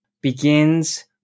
begins